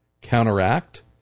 counteract